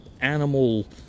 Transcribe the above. animal